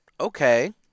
okay